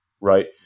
right